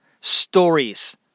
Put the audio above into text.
stories